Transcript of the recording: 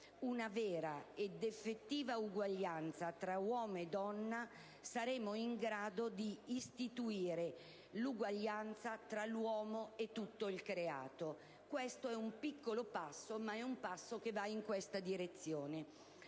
una vera ed effettiva uguaglianza tra uomo e donna, saremo in grado di istituire l'uguaglianza tra l'uomo e tutto il creato». Questo è un piccolo passo, ma che va in tale direzione.